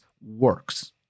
works